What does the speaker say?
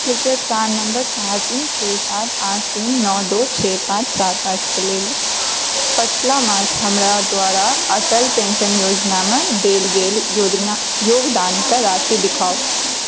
कृपया प्राण नम्बर चारि तीन छओ सात आठ तीन नओ दू छओ पाँच सात आठ के लेल पछिला मास हमरा द्वारा अटल पेंशन योजनामे देल गेल योगदानके राशि देखाउ